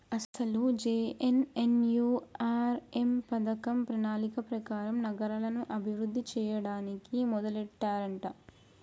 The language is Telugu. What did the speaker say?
అసలు జె.ఎన్.ఎన్.యు.ఆర్.ఎం పథకం ప్రణాళిక ప్రకారం నగరాలను అభివృద్ధి చేయడానికి మొదలెట్టారంట